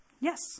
Yes